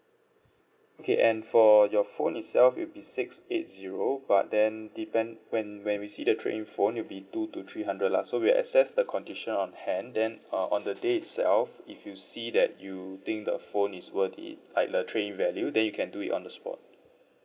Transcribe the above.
okay and for your phone itself it'll be six eight zero but then depend when when we see the trade in phone it'll be two to three hundred lah so we'll assess the condition on hand then uh on the day itself if you see that you think the phone is worth it uh the trade in value then you can do it on the spot